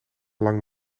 lang